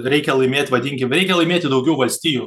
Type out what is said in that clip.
reikia laimėt vadinkim reikia laimėti daugiau valstijų